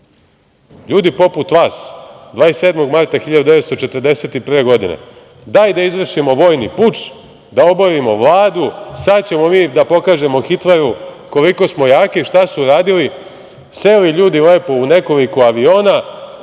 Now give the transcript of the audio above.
LJudi poput vas 27. marta 1941. godine – daj da izvršimo vojni puč, da oborimo Vladu, sada ćemo mi da pokažemo Hitleru koliko smo jaki. I, šta su uradili? Seli ljudi lepo u nekoliko aviona,